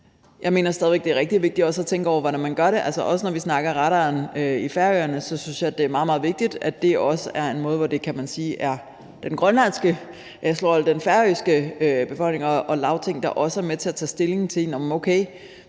Jeg mener stadig væk, at det er rigtig vigtigt at tænke over, hvordan man gør det. Også når vi snakker om radaren i Færøerne, synes jeg, det er meget, meget vigtigt, at det også er på en måde, hvor det er den færøske befolkning og det færøske Lagting, der er med til at tage stilling til, hvordan